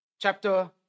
Chapter